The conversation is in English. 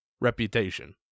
reputation